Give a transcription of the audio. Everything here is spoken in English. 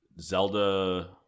Zelda